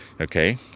okay